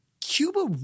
Cuba